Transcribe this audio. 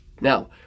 Now